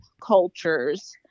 cultures